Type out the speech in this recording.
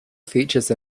features